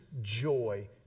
joy